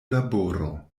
laboro